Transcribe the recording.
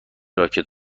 راکت